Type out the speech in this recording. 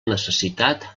necessitat